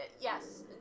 yes